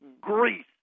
Greece